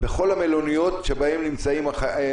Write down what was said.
החיילים עושים את זה בכל המלוניות שבהן נמצאים מבודדים,